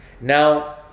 now